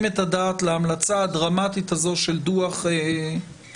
את הדעת להמלצה הדרמטית הזאת של דוח ברלינר,